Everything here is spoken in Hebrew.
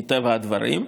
מטבע הדברים.